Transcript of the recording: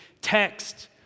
Text